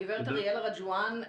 גברת אריאלה רג'ואן,